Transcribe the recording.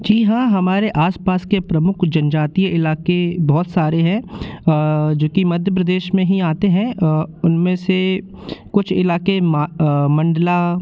जी हाँ हमारे आस पास के प्रमुख जनजातीय इलाक़े बहुत सारे हैं जो कि मध्य प्रदेश में ही आते हैं उन में से कुछ इलाक़े मंडला